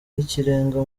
y’ikirenga